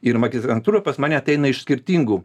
ir magistrantūrą pas mane ateina iš skirtingų